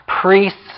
priests